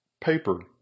Paper